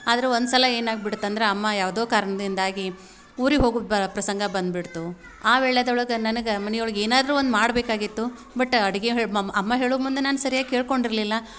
ಆದ್ರೆ ಒಂದ್ಸಲ ಏನಾಗ್ಬಿಡ್ತು ಅಂದ್ರೆ ಅಮ್ಮ ಯಾವುದೋ ಕಾರ್ಣದಿಂದಾಗಿ ಊರಿಗೆ ಹೋಗೋ ಬ ಪ್ರಸಂಗ ಬಂದ್ಬಿಡ್ತು ಆ ವೇಳೆಯೊಳಗೆ ನನಗೆ ಮನೆ ಒಳಗೆ ಏನಾದ್ರೂ ಒಂದು ಮಾಡಬೇಕಾಗಿತ್ತು ಬಟ್ ಅಡುಗೆ ಹೇಳಿ ಮಮ್ ಅಮ್ಮ ಹೇಳೊ ಮುಂದೆ ನಾನು ಸರ್ಯಾಗಿ ಕೇಳ್ಕೊಂಡಿರಲಿಲ್ಲ